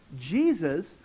Jesus